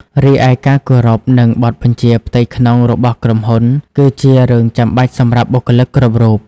រីឯការគោរពច្បាប់ និងបទបញ្ជាផ្ទៃក្នុងរបស់ក្រុមហ៊ុន គឺជារឿងចាំបាច់សម្រាប់បុគ្គលិកគ្រប់រូប។